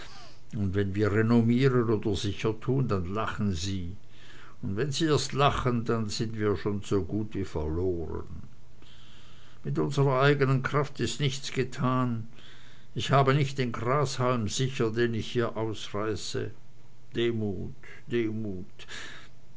und wenn wir renommieren oder sicher tun dann lachen sie und wenn sie erst lachen dann sind wir schon so gut wie verloren mit unsrer eignen kraft ist nichts getan ich habe nicht den grashalm sicher den ich hier ausreiße demut demut